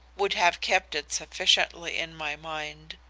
would have kept it sufficiently in my mind.